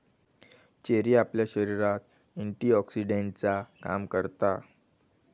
cherry आपल्या शरीरात एंटीऑक्सीडेंटचा काम करता